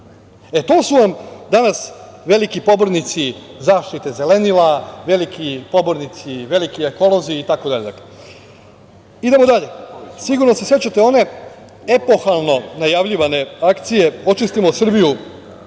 E, to su vam danas veliki pobornici zaštite zelenila, veliki pobornici, veliki ekolozi itd. Idemo dalje. Sigurno se sećate one epohalno najavljivane akcije „Očistimo Srbiju“